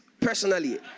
personally